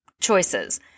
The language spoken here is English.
choices